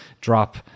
drop